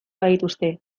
badituzte